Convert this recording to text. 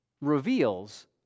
reveals